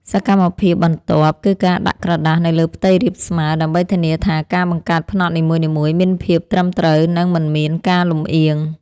សកម្មភាពបន្ទាប់ គឺការដាក់ក្រដាសនៅលើផ្ទៃរាបស្មើ ដើម្បីធានាថាការបង្កើតផ្នត់នីមួយៗមានភាពត្រឹមត្រូវ និងមិនមានការលម្អៀង។